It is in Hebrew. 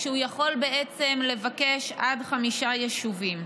כשהוא יכול בעצם לבקש עד חמישה יישובים.